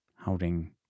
holding